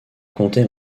compté